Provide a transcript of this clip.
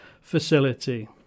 facility